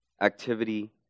Activity